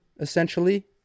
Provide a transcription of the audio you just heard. essentially